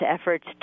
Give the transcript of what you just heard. efforts